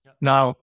Now